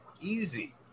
Easy